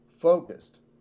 focused